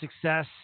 success